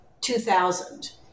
2000